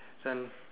then